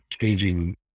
changing